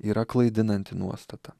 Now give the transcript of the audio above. yra klaidinanti nuostata